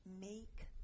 make